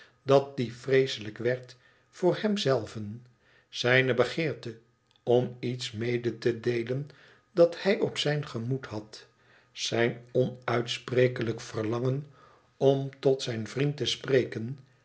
dat die vreeselijk werd voor hem zelven zijne begeerte om iets mede te deelen dat hij op zijn gemoed had zijn onuitsprekelijk verlangen om tot zijn vriend te spreken